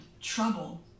trouble